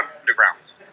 Underground